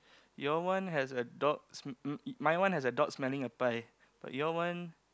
your one has a dog s~ m~ m~ my one has a dog smelling a pie but your one